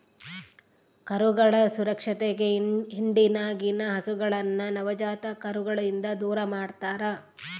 ಕರುಗಳ ಸುರಕ್ಷತೆಗೆ ಹಿಂಡಿನಗಿನ ಹಸುಗಳನ್ನ ನವಜಾತ ಕರುಗಳಿಂದ ದೂರಮಾಡ್ತರಾ